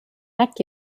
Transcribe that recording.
neck